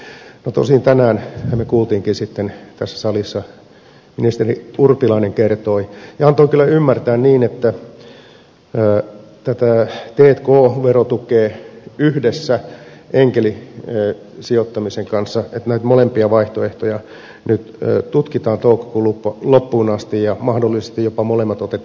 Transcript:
no tosin tänäänhän me kuulimmekin sitten tässä salissa kun ministeri urpilainen kertoi ja antoi kyllä ymmärtää niin että tätä t k verotukea yhdessä enkelisijoittamisen kanssa näitä molempia vaihtoehtoja nyt tutkitaan toukokuun loppuun asti ja mahdollisesti jopa molemmat otettaisiin käyttöön